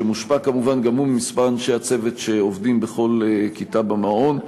שמושפע כמובן גם הוא ממספר אנשי הצוות שעובדים בכל כיתה במעון.